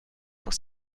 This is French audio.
pour